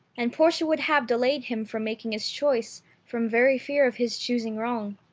and portia would have delayed him from making his choice from very fear of his choosing wrong.